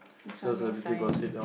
this one no sign